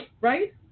Right